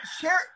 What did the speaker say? Share